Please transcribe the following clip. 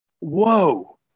whoa